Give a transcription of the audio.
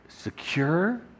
secure